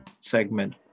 segment